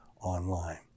online